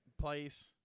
place